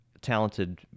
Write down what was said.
talented